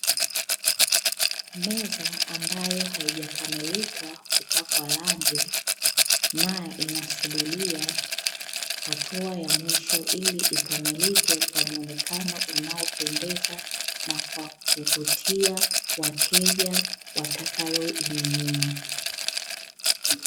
Meza ambayo haijakamilika kupakwa rangi na inasubiria, hatua ya mwisho. Ili ikamilike kwa muonekano unaopendeza na kwa kuwavutia wateja, watakaoinunua.